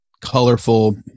colorful